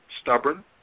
stubborn